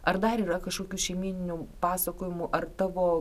ar dar yra kažkokių šeimyninių pasakojimų ar tavo